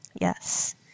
yes